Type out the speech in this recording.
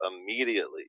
immediately